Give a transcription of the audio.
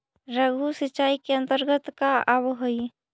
लघु सिंचाई के अंतर्गत का आव हइ?